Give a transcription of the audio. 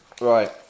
Right